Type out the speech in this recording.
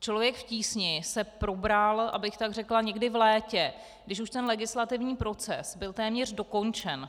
Člověk v tísni se probral, abych tak řekla, někdy v létě, když už legislativní proces byl téměř dokončen.